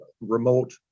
remote